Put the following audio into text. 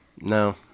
No